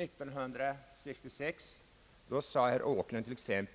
1966 sade herr Åkerlund t.ex.,